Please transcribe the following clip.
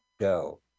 go